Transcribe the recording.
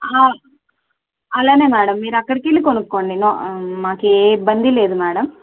ఆ అలాగే మేడం మీరు అక్కడికి వెళ్ళి కొనుక్కోండి న మాకు ఏ ఇబ్బంది లేదు మేడం